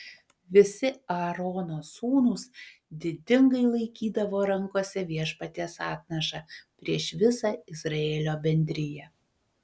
visi aarono sūnūs didingai laikydavo rankose viešpaties atnašą prieš visą izraelio bendriją